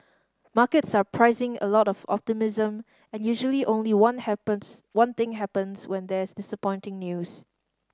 markets are pricing a lot of optimism and usually only one happens one thing happens when there is disappointing news